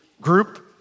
group